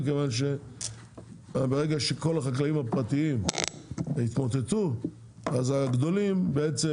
מכיוון שברגע שכל החקלאים הפרטיים יתמוטטו אז הגדולים בעצם